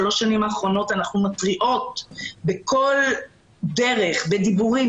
שלוש האחרונות אנחנו מתריעות בכל דרך בדיבורים,